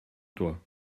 toi